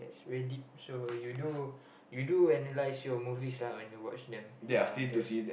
is very deep show you do you do analyse show movies when you watch them ya that's